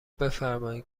بفرمایید